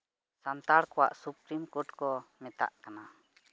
ᱥᱟᱱᱛᱟᱲ ᱠᱚᱣᱟᱜ ᱥᱩᱯᱨᱤᱢᱠᱳᱨᱴ ᱠᱚ ᱢᱮᱛᱟᱜ ᱠᱟᱱᱟ